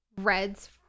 reds